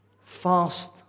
fast